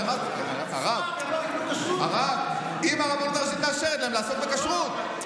צהר, אם הרבנות הראשית מאשרת להם לעסוק בכשרות.